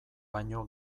baino